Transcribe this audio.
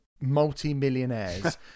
multi-millionaires